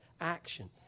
action